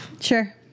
Sure